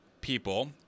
people